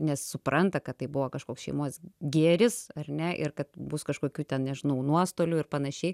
nes supranta kad tai buvo kažkoks šeimos gėris ar ne ir kad bus kažkokių ten nežinau nuostolių ir panašiai